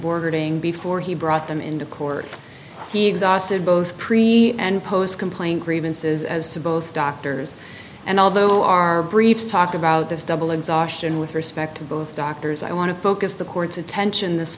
boarding before he brought them into court he exhausted both premium and post complaint grievances as to both doctors and although our briefs talk about this double exhaustion with respect to both doctors i want to focus the court's attention this